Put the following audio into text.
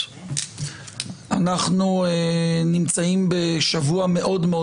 ההתלוצצויות אנחנו נמצאים בשבוע מאוד מאוד